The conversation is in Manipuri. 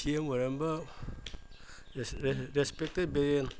ꯁꯤ ꯑꯦꯝ ꯑꯣꯏꯔꯝꯕ ꯔꯦꯁꯄꯦꯛꯇꯦꯠ ꯕꯤꯔꯦꯟ